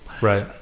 right